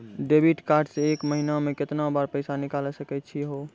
Debit card से एक महीना मा केतना बार पैसा निकल सकै छि हो?